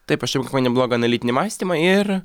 taip aš neblogą analitinį mąstymą ir